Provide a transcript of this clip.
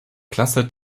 klasse